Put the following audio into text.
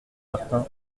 martin